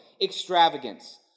extravagance